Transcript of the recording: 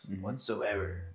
whatsoever